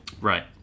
Right